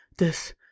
this,